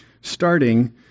starting